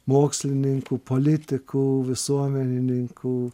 mokslininkų politikų visuomenininkų